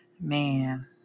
Man